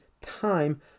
time